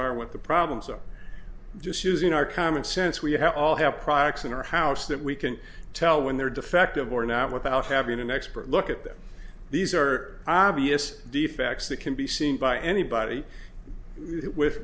are what the problems are just using our common sense we have all have products in our house that we can tell when they're defective or not without having an expert look at them these are obvious defects that can be seen by anybody with